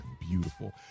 beautiful